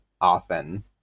often